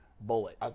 bullet